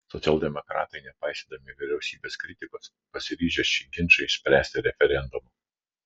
socialdemokratai nepaisydami vyriausybės kritikos pasiryžę šį ginčą išspręsti referendumu